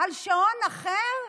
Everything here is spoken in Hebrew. על שעון אחר?